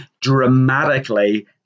dramatically